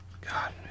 God